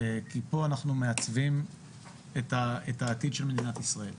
כי פה אנחנו מעצבים את העתיד של מדינת ישראל.